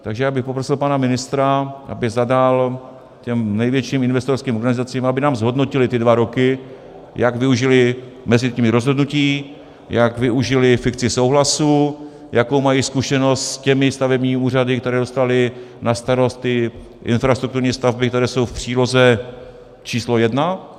Tak já bych poprosil pana ministra, aby zadal těm největším investorským organizacím, aby nám zhodnotily ty dva roky, jak využily mezitímní rozhodnutí, jak využily fikci souhlasu, jakou mají zkušenost s těmi stavebními úřady, které dostaly na starost ty infrastrukturní stavby, které jsou v příloze číslo jedna.